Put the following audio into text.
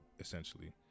Essentially